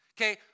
okay